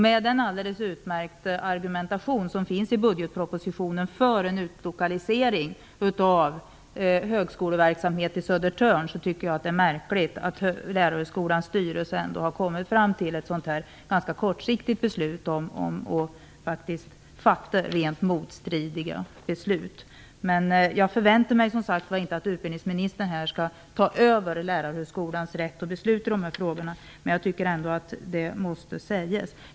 Med den alldeles utmärkta argumentation som finns i budgetpropositionen för en utlokalisering av högskoleverksamhet till Södertörn tycker jag att det är märkligt att Lärarhögskolans styrelse har kommit fram till att fatta ett ganska kortsiktigt och rent motstridigt beslut. Jag förväntar mig som sagt var inte att utbildningsministern skall ta över Lärarhögskolans rätt att besluta i de här frågorna, men jag tycker ändå att det måste sägas.